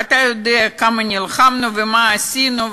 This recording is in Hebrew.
ואתה יודע כמה נלחמנו ומה עשינו,